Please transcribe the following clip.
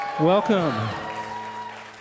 Welcome